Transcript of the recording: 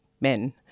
men